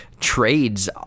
trades